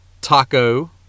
Taco